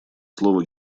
слово